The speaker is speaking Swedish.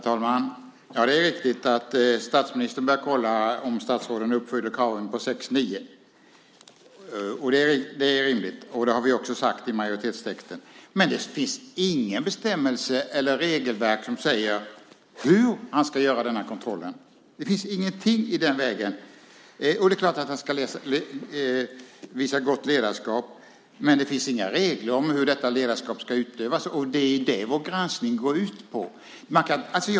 Herr talman! Det är riktigt att statsministern bör kolla om statsråden uppfyller kraven i regeringsformen 6 kap. 9 §. Det är rimligt, och det har vi också skrivit i majoritetstexten. Men det finns inte någon bestämmelse eller något regelverk som säger hur han ska göra denna kontroll. Det finns ingenting i den vägen. Det är klart att han ska visa gott ledarskap, men det finns inga regler om hur detta ledarskap ska utövas, och det är det vår granskning går ut på.